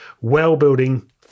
well-building